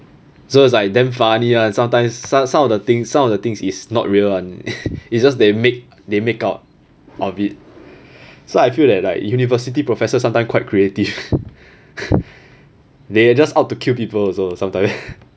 so it's like damn funny ah sometimes some some of the things some of the things it's not real [one] it's just they make they make out of it so I feel that like university professor sometime quite creative they are just out to kill people also sometime